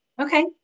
Okay